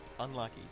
Unlucky